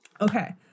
okay